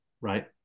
Right